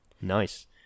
nice